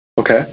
Okay